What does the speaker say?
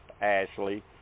Ashley